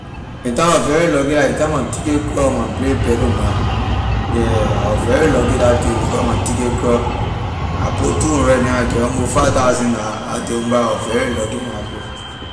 Ley time I was very lucky la ley time my ticket cross when I play bettomax yeah I was very lucky day because my ticket cross I put two hundred then I get almost five thousand dollar la day own pah I was very lucky and happy.